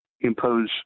impose